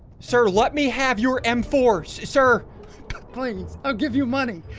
sir, let me have your m force sir please i'll give you money.